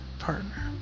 partner